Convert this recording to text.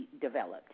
developed